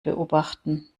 beobachten